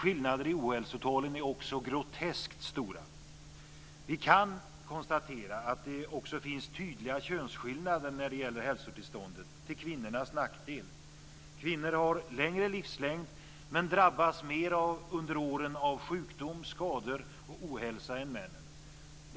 Skillnader i ohälsotalen är också groteskt stora. Kvinnor har längre livslängd men drabbas under åren mer av sjukdom, skador och ohälsa än män.